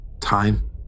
Time